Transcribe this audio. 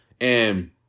and-